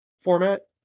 format